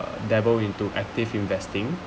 uh devour into active investing